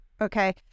Okay